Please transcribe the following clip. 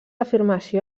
afirmació